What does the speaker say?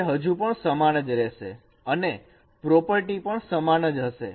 તે હજુ પણ સમાન જ રહેશે અને પ્રોપર્ટી પણ સમાન જ હશે